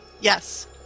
Yes